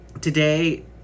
today